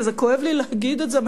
וזה כואב לי להגיד את זה,